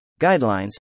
guidelines